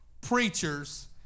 preachers